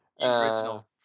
Original